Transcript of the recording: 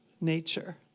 nature